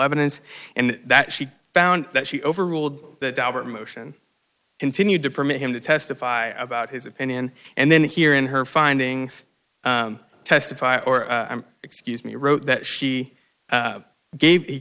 evidence and that she found that she overruled that dauber motion continued to permit him to testify about his opinion and then here in her findings testify or excuse me wrote that she gave